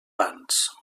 pans